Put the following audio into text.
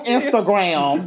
Instagram